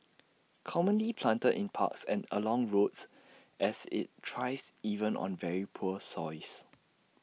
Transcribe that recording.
commonly planted in parks and along roads as IT tries even on very poor soils